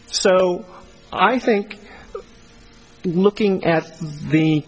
so i think looking at the